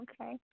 okay